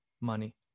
money